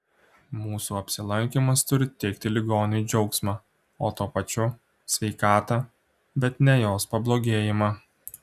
mūsų apsilankymas turi teikti ligoniui džiaugsmą o tuo pačiu sveikatą bet ne jos pablogėjimą